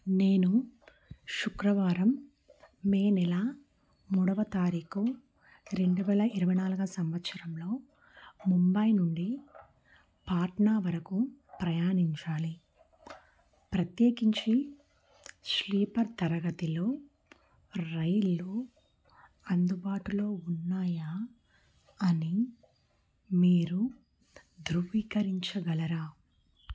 నేను శుక్రవారం మే నెల మూడవ తారీఖు రెండు వేల ఇరవై నాలుగో సంవత్సరంలో ముంబై నుండి పాట్నా వరకు ప్రయాణించాలి ప్రత్యేకించి స్లీపర్ తరగతిలో రైళ్ళు అందుబాటులో ఉన్నాయా అని మీరు ధృవీకరించగలరా